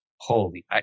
Holy